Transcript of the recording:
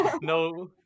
No